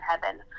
heaven